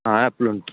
ಹಾಂ ಆ್ಯಪ್ಲ್ ಉಂಟು